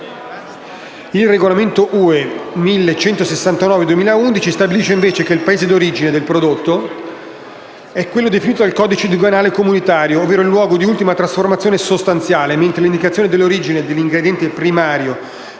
Il regolamento (UE) n. 1169/2011 stabilisce, invece, che il Paese d'origine del prodotto è quello definito dal codice doganale comunitario, ovvero il luogo di ultima trasformazione sostanziale, mentre l'indicazione dell'origine «dell'ingrediente primario»,